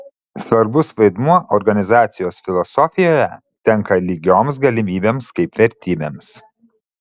svarbus vaidmuo organizacijos filosofijoje tenka lygioms galimybėms kaip vertybėms